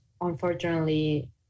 unfortunately